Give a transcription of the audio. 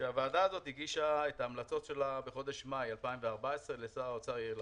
שהוועדה הזאת הגישה את ההמלצות שלה בחודש מאי 2014 לשר האוצר יאיר לפיד.